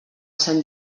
sant